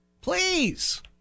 Please